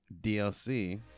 dlc